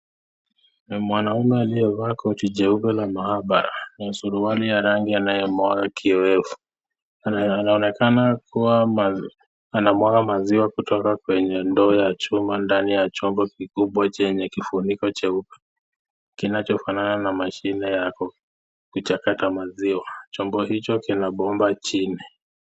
Ni mwanaume aliye vaa koti jeupe la maabara na suruali ya rangi inayo moyo kiorefu, anaonekana kua anamwaga maziwa kutoka kwenye ndoo ya chuma ndani ya chombo kikubwa chenye kifuniko cheupe kinacho fanana na mashine yakuchota maziwa. Chombo hicho kina bomba chini.